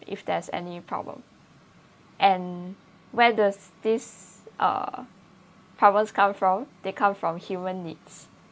if there's any problem and where does this uh problems come from they come from human needs